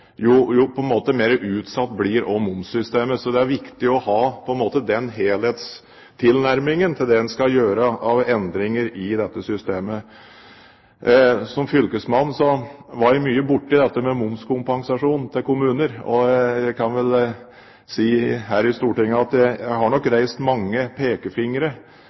utsatt blir momssystemet. Det er viktig å ha den helhetstilnærmingen til de endringer man skal gjøre i dette systemet. Som fylkesmann var jeg mye borte i dette med momskompensasjon til kommuner. Jeg kan vel si her i Stortinget at jeg har nok reist mange pekefingre